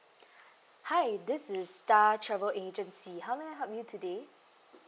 hi this is star travel agency how may I help you today